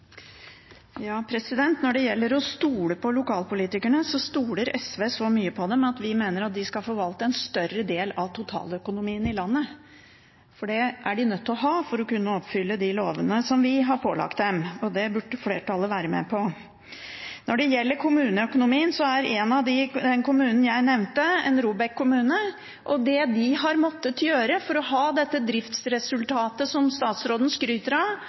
Når det gjelder det å stole på lokalpolitikerne, stoler SV så mye på dem at vi mener de skal forvalte en større del av totaløkonomien i landet. Det er de nødt til for å kunne oppfylle de lovene som vi har pålagt dem, og det burde flertallet være med på. Når det gjelder kommuneøkonomien, er kommunen jeg nevnte, en ROBEK-kommune. Det kommunen har måttet gjøre for å få det driftsresultatet som statsråden skryter av,